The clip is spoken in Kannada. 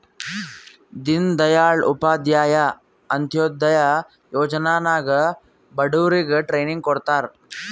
ದೀನ್ ದಯಾಳ್ ಉಪಾಧ್ಯಾಯ ಅಂತ್ಯೋದಯ ಯೋಜನಾ ನಾಗ್ ಬಡುರಿಗ್ ಟ್ರೈನಿಂಗ್ ಕೊಡ್ತಾರ್